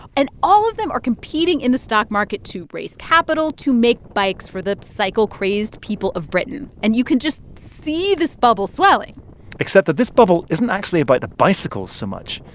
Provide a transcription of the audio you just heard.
and all of them are competing in the stock market to raise capital to make bikes for the cycle-crazed people of britain. and you can just see this bubble swelling except that this bubble isn't actually about but the bicycles so much.